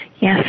Yes